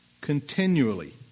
continually